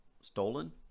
stolen